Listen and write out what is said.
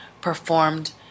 performed